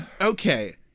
Okay